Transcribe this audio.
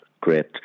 great